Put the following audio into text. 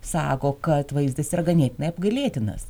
sako kad vaizdas yra ganėtinai apgailėtinas